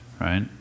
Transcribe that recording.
right